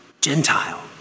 Gentile